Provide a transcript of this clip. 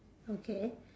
okay